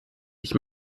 ich